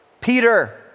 Peter